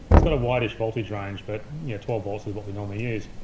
it's got a wideish voltage range but yeah twelve volts is what we normally use,